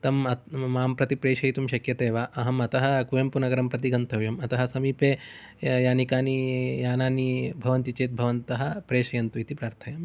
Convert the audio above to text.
तं मां प्रति प्रेषयितुं शक्यते वा अहम् अतः कोयम्पूनगरं प्रति गन्तव्यम् अतः समीपे यानि कानि यानानि भवन्ति चेत् भवन्तः प्रेषयन्तु इति प्रार्थयामि